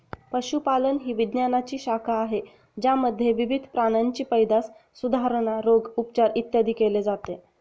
पशुपालन ही विज्ञानाची शाखा आहे ज्यामध्ये विविध प्राण्यांची पैदास, सुधारणा, रोग, उपचार, इत्यादी केले जाते